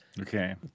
Okay